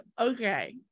Okay